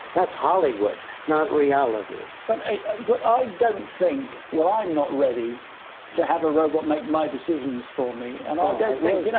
that's hollywood, not reality. but ah but i don't think. well, i'm not ready to have a robot make my decisions for me and i don't think. you know